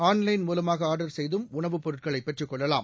online மூலமாக order செய்தும் உணவுப் பொருட்களை பெற்றுக் கொள்ளலாம்